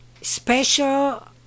special